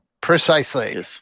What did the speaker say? Precisely